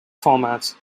formats